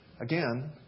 Again